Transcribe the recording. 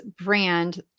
brand